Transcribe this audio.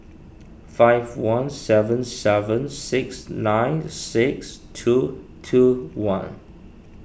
five one seven seven six nine six two two one